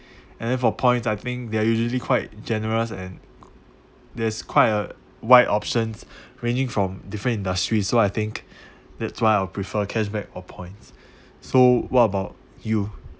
and then for points I think they are usually quite generous and there's quite a wide options ranging from different industries so I think that's why I'll prefer cash back or points so what about you